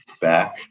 back